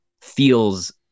feels